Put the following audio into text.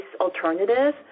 alternative